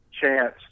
chance